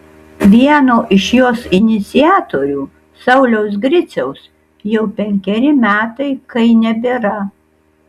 vieno iš jos iniciatorių sauliaus griciaus jau penkeri metai kai nebėra